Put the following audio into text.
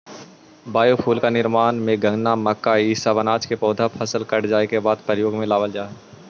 biofuel के निर्माण में गन्ना, मक्का इ सब अनाज के पौधा फसल कट जाए के बाद प्रयोग में लावल जा हई